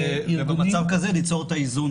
ובמצב כזה ליצור את האיזונים.